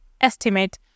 estimate